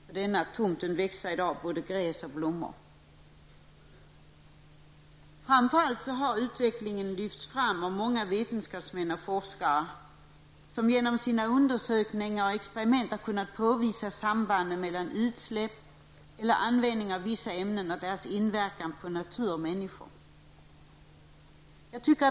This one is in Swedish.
På denna tomt växer i dag både gräs och blommor. Utvecklingen har framför allt lyfts fram av många vetenskapsmän och forskare, som genom sina undersökningar och experiment har kunnat påvisa sambandet mellan utsläpp eller användning av vissa ämnen och deras inverkan på natur och människor.